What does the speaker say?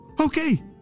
okay